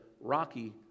rocky